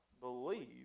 believe